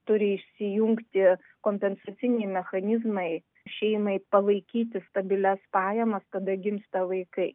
turi įsijungti kompensaciniai mechanizmai šeimai palaikyti stabilias pajamas kada gimsta vaikai